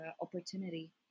opportunity